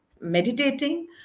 meditating